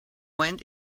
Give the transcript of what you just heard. went